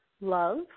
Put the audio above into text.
love